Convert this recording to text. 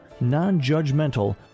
non-judgmental